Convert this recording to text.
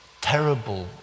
terrible